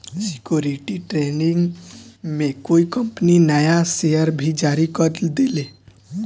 security training में कोई company नया शेयर भी जारी कर देले